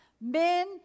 men